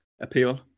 appeal